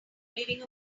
living